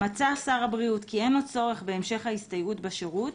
מצא שר הבריאות כי אין עוד צורך בהמשך הסתייעות בשירות,